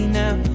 now